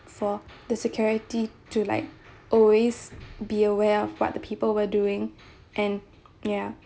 for the security to like always be aware of what the people were doing and ya